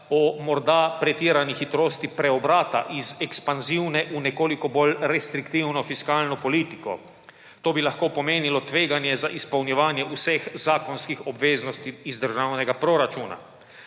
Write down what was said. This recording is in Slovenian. o morda pretirani hitrosti preobrata iz ekspanzivne v nekoliko bolj restriktivno fiskalno politiko. To bi lahko pomenilo tveganje za izpolnjevanje vseh zakonskih obveznosti iz državnega proračuna.